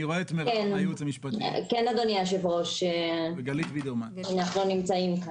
כן, אדוני היושב ראש, אנחנו נמצאים כאן.